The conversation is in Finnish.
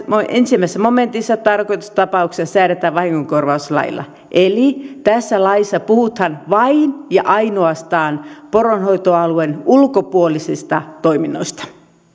ensimmäisessä momentissa tarkoitetussa tapauksessa säädetään vahingonkorvauslaissa eli tässä laissa puhutaan vain ja ainoastaan poronhoitoalueen ulkopuolisista toiminnoista